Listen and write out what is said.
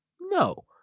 No